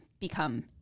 become